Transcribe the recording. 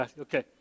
Okay